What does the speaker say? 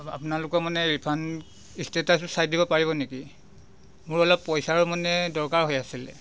আপোনালোকৰ মানে ৰিফাণ্ড ইষ্টেটাচটো চাই দিব পাৰিব নেকি মোৰ অলপ পইচাৰো মানে দৰকাৰ হৈ আছিলে